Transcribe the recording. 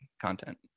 content